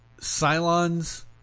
Cylons